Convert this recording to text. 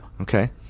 Okay